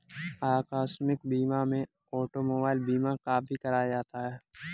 आकस्मिक बीमा में ऑटोमोबाइल बीमा काफी कराया जाता है